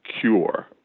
cure